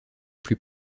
plus